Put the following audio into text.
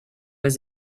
was